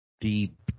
deep